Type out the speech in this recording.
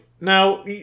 Now